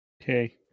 okay